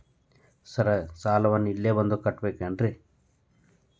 Sir ನಾನು ಸಾಲವನ್ನು ಇಲ್ಲೇ ಬಂದು ಕಟ್ಟಬೇಕೇನ್ರಿ?